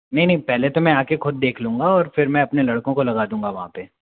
नई नई पहले तो मैं आकर खुद देख लूँगा और फिर मैं अपने लड़कों को लगा दूँगा वहाँ पर